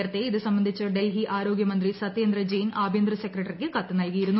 നേരത്തെ ഇത് സംബന്ധിച്ച് ഡൽഹി ആർോഗ്യമന്ത്രി സത്യേന്ദ്ര ജെയിൻ ആഭ്യന്തര സെക്രട്ടറിക്ക് കത്ത് നൽകീയിരുന്നു